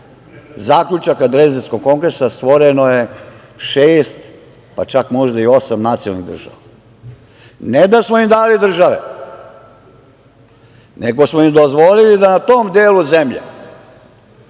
zaključaka Drezdenskog kongresa stvoreno je šest, pa čak možda i osam nacionalnih država. Ne da smo im dali države, nego smo im dozvolili da na tom delu zemlje